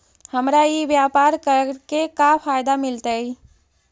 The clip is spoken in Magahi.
हमरा ई व्यापार करके का फायदा मिलतइ?